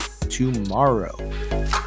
tomorrow